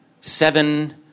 seven